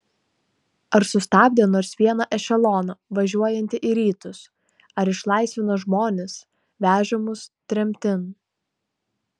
ar sustabdė nors vieną ešeloną važiuojantį į rytus ar išlaisvino žmones vežamus tremtin